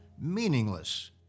meaningless